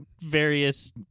various